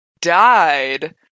died